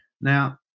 Now